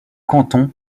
cantons